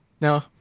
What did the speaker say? no